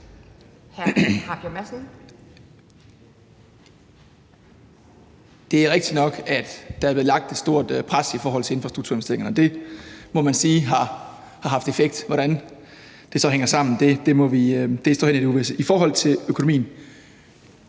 Det er rigtigt nok, at der er blevet lagt et stort pres i forhold til infrastrukturinvesteringer. Det må man sige har haft effekt. Hvordan det så hænger sammen, står hen i det uvisse. I forhold til økonomien: